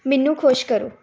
ਮੈਨੂੰ ਖੁਸ਼ ਕਰੋ